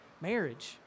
Marriage